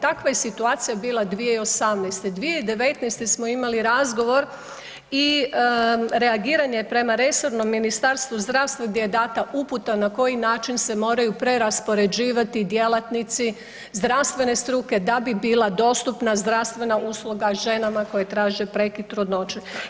Takva situacija je bila 2018., 2019. smo imali razgovor i reagiranje prema resornom Ministarstvu zdravstva gdje je dana uputa na koji način se moraju preraspoređivati djelatnici zdravstvene struke da bi bila dostupna zdravstvena usluga ženama koje traže prekid trudnoće.